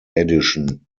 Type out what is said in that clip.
edition